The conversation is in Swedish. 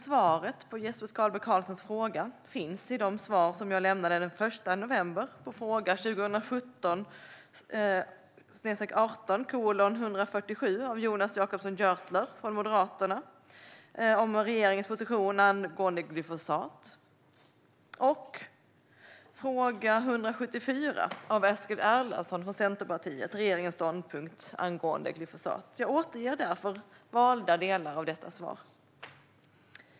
Svaret på Jesper Skalberg Karlssons fråga finns i de svar jag lämnade den 1 november på fråga 2017 18:174 av Eskil Erlandsson Regeringens ståndpunkt angående glyfosat . Jag återger därför valda delar av detta svar.